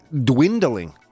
dwindling